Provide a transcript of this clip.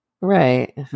Right